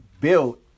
built